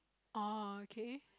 oh okay